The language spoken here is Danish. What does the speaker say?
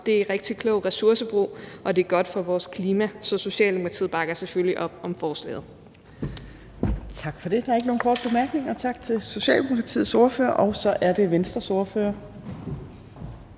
Det er rigtig klog ressourcebrug, og det er godt for vores klima. Så Socialdemokratiet bakker selvfølgelig op om forslaget. Kl. 14:31 Tredje næstformand (Trine Torp): Tak for det. Der er ikke nogen korte bemærkninger. Tak til Socialdemokratiets ordfører, og så er det Venstres ordfører